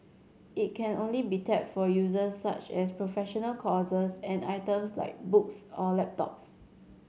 it can only be tapped for uses such as professional courses and items like books or laptops